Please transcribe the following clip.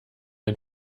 ein